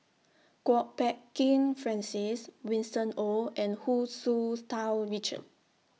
Kwok Peng Kin Francis Winston Oh and Hu Tsu Tau Richard